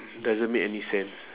doesn't make any sense